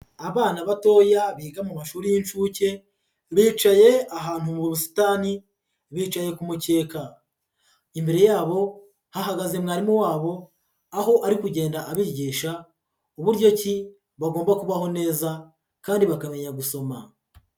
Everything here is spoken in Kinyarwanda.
Abana batoya biga mu mashuri y'incuke, bicaye ahantu mu busitani, bicaye ku mukeka, imbere yabo hahagaze mwarimu wabo, aho ari kugenda abigisha uburyo ki bagomba kubaho neza kandi bakamenya gusoma.